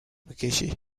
بکشی